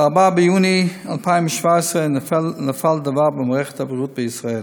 ב-4 ביוני 2017 נפל דבר במערכת הבריאות בישראל,